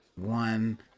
One